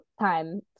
time